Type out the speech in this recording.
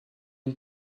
une